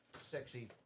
sexy